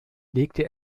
legte